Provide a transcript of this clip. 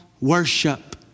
worship